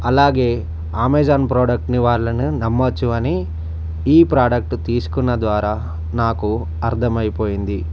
అలాగే ఆమెజాన్ ప్రాడక్ట్ని వాళ్ళని నమ్మొచ్చు అని ఈ ప్రోడక్ట్ తీసుకున్న ద్వారా నాకు అర్థమైపోయింది